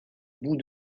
bouts